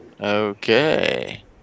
Okay